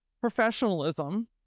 professionalism